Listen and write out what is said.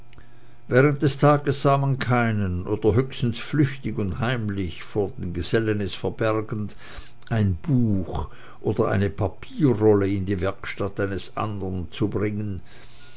während des tages sah man keinen oder höchstens flüchtig und heimlich vor den gesellen es verbergend ein buch oder eine papierrolle in die werkstatt eines andern bringen